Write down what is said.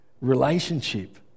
relationship